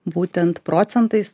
būtent procentais